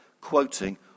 quoting